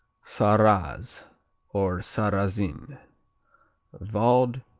sarraz or sarrazin vaud,